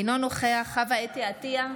אינו נוכח חוה אתי עטייה,